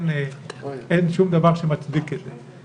אין שום דבר שמצדיק את זה.